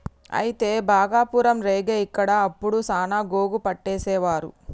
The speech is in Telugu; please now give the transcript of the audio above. అయితే భాగపురం రేగ ఇక్కడ అప్పుడు సాన గోగు పట్టేసేవారు